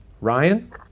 Ryan